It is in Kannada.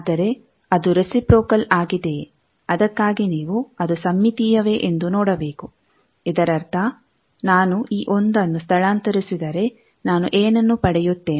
ಆದರೆ ಅದು ರೆಸಿಪ್ರೋಕಲ್ ಆಗಿದೆಯೇ ಅದಕ್ಕಾಗಿ ನೀವು ಅದು ಸಮ್ಮೀತೀಯವೇ ಎಂದು ನೋಡಬೇಕು ಇದರರ್ಥ ನಾನು ಈ ಒಂದನ್ನು ಸ್ಥಳಾಂತರಿಸಿದರೆ ನಾನು ಏನನ್ನು ಪಡೆಯುತ್ತೇನೆ